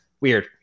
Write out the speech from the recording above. weird